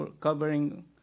covering